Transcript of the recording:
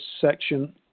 section